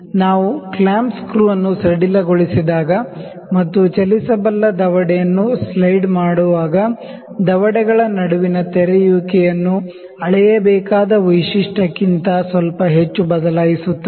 ನಾವು clamp screw ಅನ್ನು ಸಡಿಲಗೊಳಿಸಿದಾಗ ಮತ್ತು ಚಲಿಸಬಲ್ಲ ದವಡೆಯನ್ನು ಸ್ಲೈಡ್ ಮಾಡುವಾಗ ದವಡೆಗಳ ನಡುವಿನ ತೆರೆಯುವಿಕೆಯನ್ನು ಅಳೆಯಬೇಕಾದ ವೈಶಿಷ್ಟ್ಯಕ್ಕಿಂತ ಸ್ವಲ್ಪ ಹೆಚ್ಚು ಬದಲಾಯಿಸುತ್ತದೆ